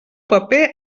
paper